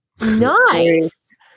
nice